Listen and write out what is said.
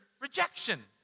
rejection